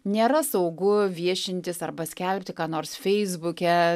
nėra saugu viešintis arba skelbti ką nors feisbuke